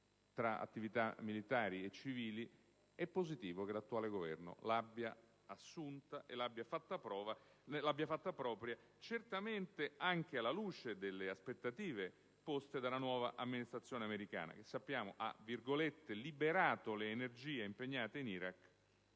tra attività militari e civili, ed è positivo che l'attuale Governo l'abbia assunta e fatta propria, certamente anche alla luce delle aspettative poste dalla nuova amministrazione americana, che ha "liberato" le energie impegnate in Iraq